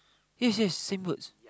yes yes same words